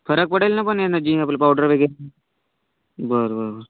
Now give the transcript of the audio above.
फरक पडेल ना पण यानं जीम आपलं पावडर वगैरे बरं बरं बरं